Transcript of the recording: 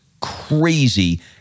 crazy